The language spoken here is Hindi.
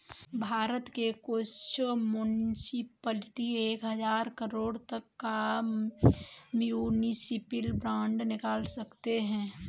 भारत के कुछ मुन्सिपलिटी एक हज़ार करोड़ तक का म्युनिसिपल बांड निकाल सकते हैं